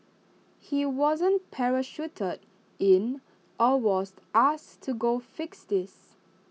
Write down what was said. he wasn't parachuted in or was asked to go fix this